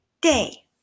day